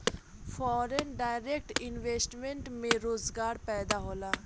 foreign direct investment से रोजगार पैदा होला